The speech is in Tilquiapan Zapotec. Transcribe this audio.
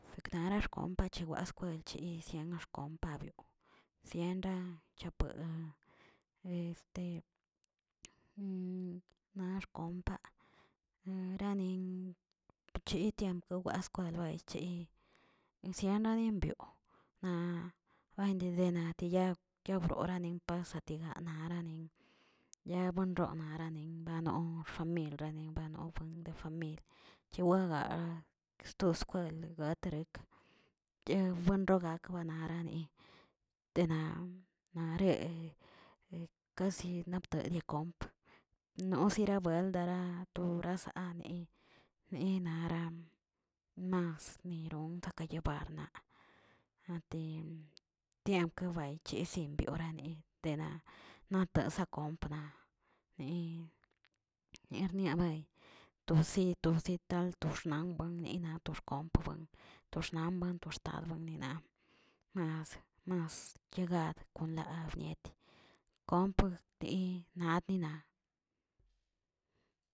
Seknara xkompa chewa skwel yizieni xkompa sienran pue naꞌ xkompa noranen bchitian kowaskwa baychi, wsionani mbyo naꞌ bandedenadiya yabrorani pansitiganaranin, yanbuenron naranin nox xfamil ranin bano famil radin banon buen de famil, che wagaa sto skwel aterek, yewenrogakbꞌ narani tena nareꞌe kasi napto bikomp nosirabuelt d'na to brasaane ne nara mas nerón kayebarna, anti tiemp kabayche simbiorane de na natasa kompna ne- nernia bay tosi tosital wxnanonlina to xkomp, to xnanwen, to xtadninona mas mas yegad la abnieti kompni nadninaꞌ.